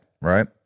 right